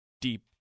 deep